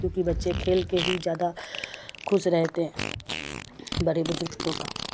کیونکہ بچے کھیل کے ہی زیادہ خوش رہتے ہیں بڑے بزرگ تو کم